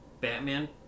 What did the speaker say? Batman